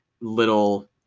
little